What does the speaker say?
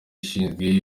ishinzwe